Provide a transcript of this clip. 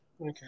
Okay